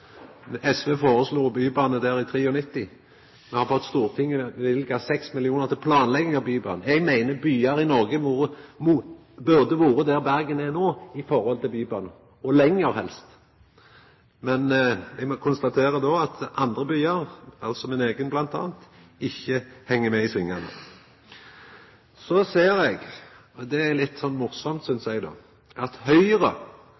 SV foreslo ein bybane der i 1993. Me har fått Stortinget til å løyva 6 mill. kr til planlegging av bybanen. Eg meinar at byar i Noreg burde vore der Bergen er no når det gjeld bybane, og helst lenger. Men me må konstatere at andre byar, altså min eigen bl.a., ikkje heng med i svingane. Så ser eg – og det er litt morosamt, synest eg – at Høgre